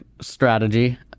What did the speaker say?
strategy